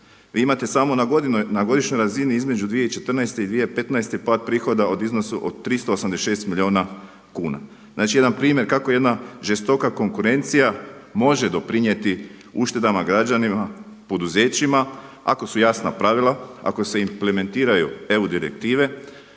Vi imate samo na godišnjoj razini između 2014. i 2015. pad prihoda u iznosu od 386 milijuna kuna. Znači jedan primjer kako jedna žestoka konkurencija može doprinijeti uštedama građanima, poduzećima ako su jasna pravila, ako se implementiraju EU direktive.